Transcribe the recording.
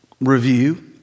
review